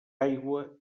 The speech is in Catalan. aigua